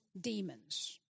demons